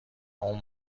اون